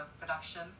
production